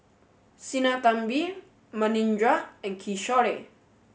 Sinnathamby Manindra and Kishore